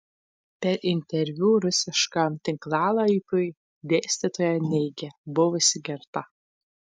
per interviu rusiškam tinklalapiui dėstytoja neigė buvusi girta